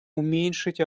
уменьшить